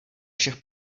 všech